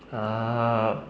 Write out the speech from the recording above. ah